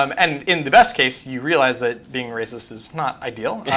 um and in the best case, you realize that being racist is not ideal, yeah